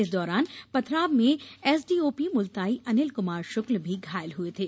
इस दौरान पथराव में एसडीओपी मुलताई अनिल कृमार शुक्ल भी घायल हुए थे